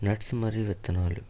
nuts మరియు విత్తనాలు